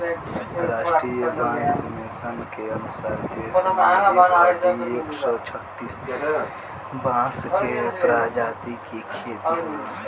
राष्ट्रीय बांस मिशन के अनुसार देश में ए घड़ी एक सौ छतिस बांस के प्रजाति के खेती होला